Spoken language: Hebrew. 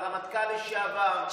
על רמטכ"ל לשעבר,